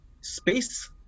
space